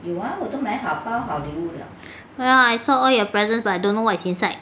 ya I saw all your presents but I don't know what is inside